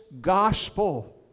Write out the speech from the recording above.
gospel